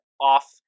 off